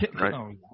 right